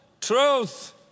truth